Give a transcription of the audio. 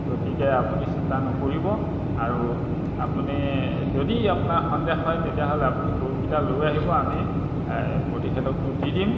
গতিকে আপুনি চিন্তা নকৰিব আৰু আপুনি যদি আপোনাৰ সন্দেহ হয় তেতিয়াহ'লে আপুনি গৰুকেইটা লৈ আহিব আমি প্ৰতিষেধকটো দি দিম